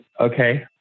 Okay